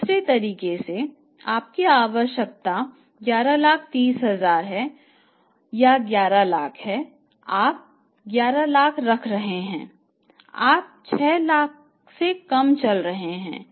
दूसरे तरीके से आपकी आवश्यकता 1130 लाख या 11 लाख है आप 5 लाख रख रहे हैं आप 6 लाख से कम चल रहे हैं